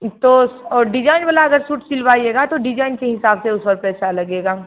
तो और डिजाइन वाला अगर सूट सिलवाइएगा तो डिजाइन के हिसाब से उस पर पैसा लगेगा